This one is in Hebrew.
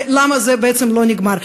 למה זה לא נגמר?